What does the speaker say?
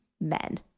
men